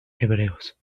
hebreos